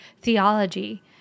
theology